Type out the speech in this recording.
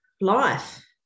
life